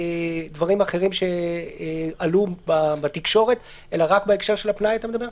בדברים אחרים שעלו בתקשורת אלא רק בהקשר של הפנאי אתה מדבר?